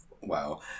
Wow